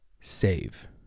Save